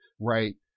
right